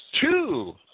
two